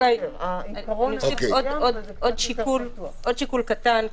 אוסיף עוד שיקול קטן.